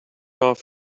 off